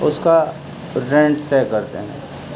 اس کا رینٹ طے کرتے ہیں